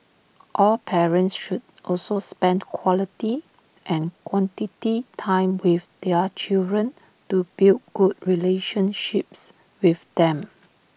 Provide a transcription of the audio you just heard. all parents should also spend quality and quantity time with their children to build good relationships with them